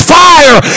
fire